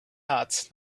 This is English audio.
hot